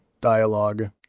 dialogue